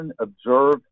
observe